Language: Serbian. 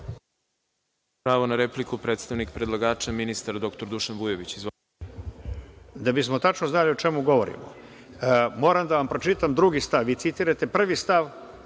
Pravo na repliku, predstavnik predlagača ministar dr Dušan Vujović. Izvolite. **Dušan Vujović** Da bismo tačno znali o čemu govorimo, moram da vam pročitam drugi stav, vi citirate prvi stav